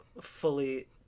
fully